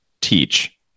teach